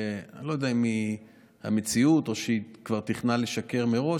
אני לא יודע אם זו המציאות או שהיא כבר תכננה לשקר מראש,